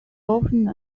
often